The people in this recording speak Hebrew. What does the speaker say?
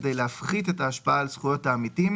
כדי להפחית את ההשפעה על זכויות העמיתים